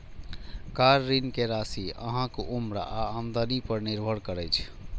car ऋण के राशि अहांक उम्र आ आमदनी पर निर्भर करै छै